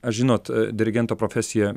aš žinot dirigento profesija